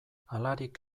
halarik